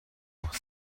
noch